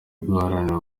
guharanira